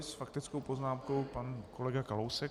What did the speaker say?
S faktickou poznámkou pan kolega Kalousek.